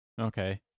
okay